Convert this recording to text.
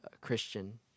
Christian